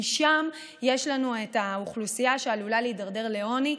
כי שם יש לנו את האוכלוסייה שעלולה להידרדר לעוני,